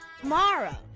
tomorrow